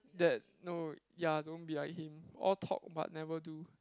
that no ya don't be like him all talk but never do